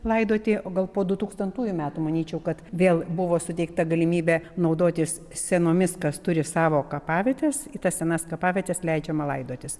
laidoti o gal po du tūkstantųjų metų manyčiau kad vėl buvo suteikta galimybė naudotis senomis kas turi savo kapavietes į tas senas kapavietes leidžiama laidotis